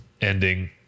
ending